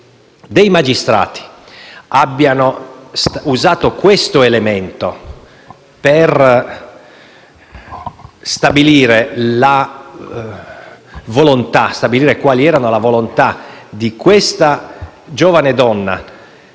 Dei magistrati in seguito hanno usato questo elemento per stabilire quale fosse la volontà di questa giovane donna,